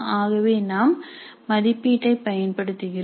ஆகவே நாம் மதிப்பீட்டை பயன்படுத்துகிறோம்